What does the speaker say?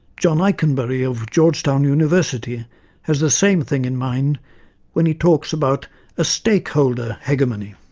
john ikenberry of georgetown university has the same thing in mind when he talks about a stake-holder hegemony.